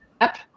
app